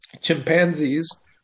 chimpanzees